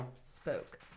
spoke